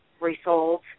resold